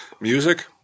music